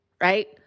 right